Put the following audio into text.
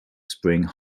spring